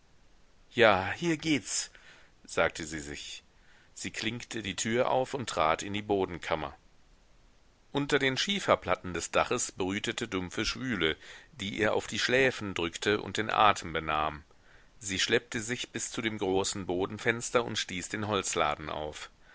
ja hier gehts sagte sie sich sie klinkte die tür auf und trat in die bodenkammer unter den schieferplatten des daches brütete dumpfe schwüle die ihr auf die schläfen drückte und den atem benahm sie schleppte sich bis zu dem großen bodenfenster und stieß den holzladen auf